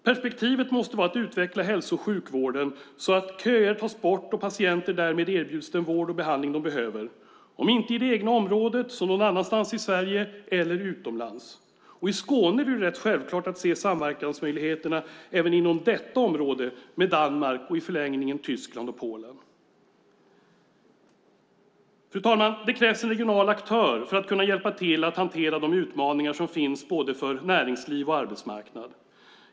Perspektivet måste vara att utveckla hälso och sjukvården så att köer tas bort och patienter därmed erbjuds den vård och behandling de behöver, om inte i det egna området så någon annanstans i Sverige eller utomlands. I Skåne är det ju rätt självklart att se samverkansmöjligheterna även inom detta område med Danmark och i förlängningen Tyskland och Polen. Fru talman! Det krävs en regional aktör för att kunna hjälpa till att hantera de utmaningar som finns för både näringsliv och arbetsmarknad.